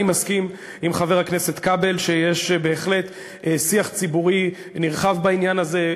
אני מסכים עם חבר הכנסת כבל שיש בהחלט שיח ציבורי נרחב בעניין הזה,